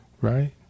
right